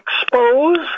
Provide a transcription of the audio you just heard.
expose